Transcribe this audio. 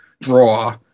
draw